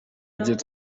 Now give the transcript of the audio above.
ibyo